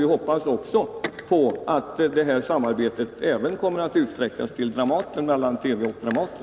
Vi hoppas också på att TV:s samarbete med Operan kommer att utvidgas till att även gälla Dramaten.